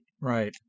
Right